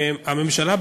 הממשלה,